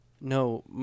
No